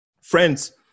friends